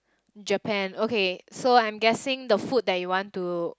Japan okay so I'm guessing the food that you want to